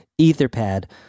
Etherpad